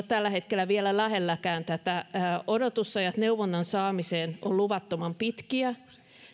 tällä hetkellä vielä lähelläkään tätä odotusajat neuvonnan saamiseen ovat luvattoman pitkiä